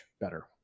better